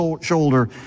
shoulder